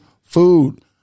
Food